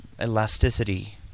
elasticity